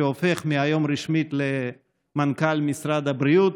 שהופך מהיום רשמית למנכ"ל משרד הבריאות,